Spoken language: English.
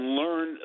learn